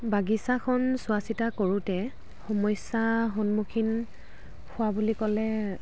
বাগিচাখন চোৱা চিতা কৰোঁতে সমস্যা সন্মুখীন হোৱা বুলি ক'লে